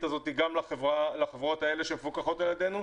הזאת גם לחברות האלה שמפוקחות על ידינו,